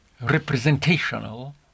representational